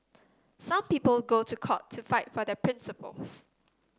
some people go to court to fight for their principles